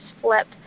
flip